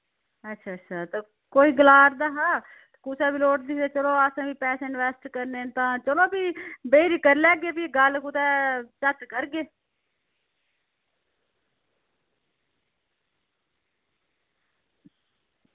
अच्छा अच्छा कोई गलाऽ करदा हा कुसै बी लोड़दी ही ते असें बी पैसे इंवेस्ट करने ते चलो भी बेहियै करी लैगे गल्ल कुदै झत्त करगे